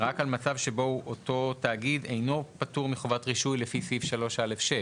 רק על מצב שבו אותו תאגיד אינו פטור מחובת רישוי לפי סעיף 3(א)(6).